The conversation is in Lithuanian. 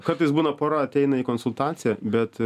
kartais būna pora ateina į konsultaciją bet